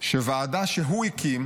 שבחרה ועדה שהוא הקים.